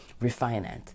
refinance